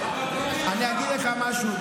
אני אגיד לך משהו,